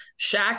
Shaq